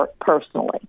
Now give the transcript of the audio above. personally